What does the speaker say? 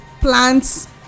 plants